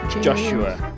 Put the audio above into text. Joshua